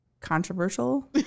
controversial